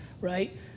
right